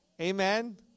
Amen